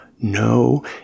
No